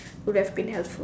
would have been helpful